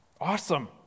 Awesome